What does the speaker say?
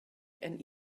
and